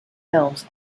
films